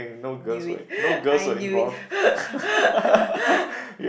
knew it I knew it